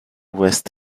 west